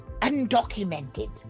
Undocumented